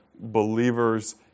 believers